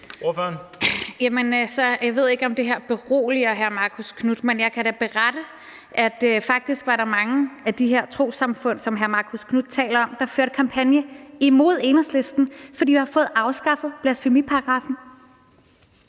Jeg ved ikke, om det her beroliger hr. Marcus Knuth, men jeg kan da berette, at der faktisk var mange af de her trossamfund, som hr. Marcus Knuth taler om, der førte kampagne imod Enhedslisten, fordi vi har fået afskaffet blasfemiparagraffen.